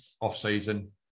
off-season